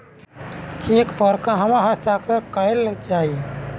Check पर कहवा हस्ताक्षर कैल जाइ?